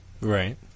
Right